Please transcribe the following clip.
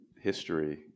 history